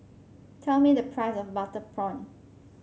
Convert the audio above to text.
tell me the price of Butter Prawn